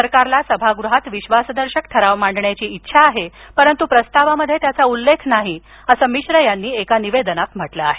सरकारला सभागृहात विश्वासदर्शक ठराव मांडण्याची इच्छा आहे परंतु प्रस्तावात त्याचा उल्लेख नाही असं मिश्र यांनी एका निवेदनात म्हटलं आहे